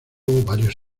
varios